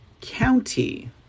county